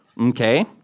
Okay